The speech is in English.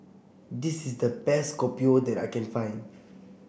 this is the best Kopi O that I can find